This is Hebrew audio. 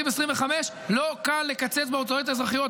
2025. לא קל לקצץ בהוצאות האזרחיות.